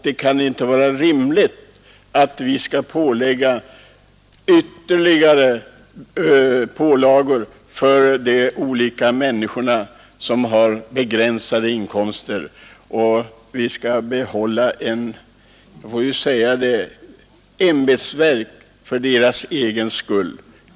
Det kan inte vara rimligt att vi skall införa ytterligare pålagor för de människor som har begränsade inkomster och — jag tillåter mig säga det — behålla ämbetsverk för deras egen skull.